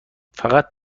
فقط